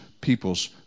people's